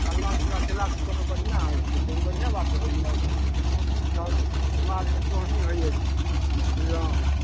हल्ला गुल्ला केला सँ कोनो बढ़िआँ होइ छै कोनो बढ़िआँ बात होइ अछि सभ समाजमे सोहनी होइ अछि बुझलहुॅं